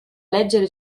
leggere